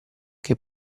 che